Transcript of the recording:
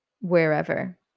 wherever